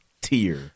tier